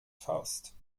faust